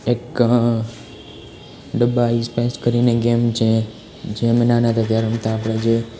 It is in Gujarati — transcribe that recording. એક ડબ્બા આઈસ પાઈસ કરીને ગેમ છે જે અમે નાના હતા ત્યારે રમતા આપણે જે